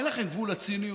אין לכם גבול לציניות?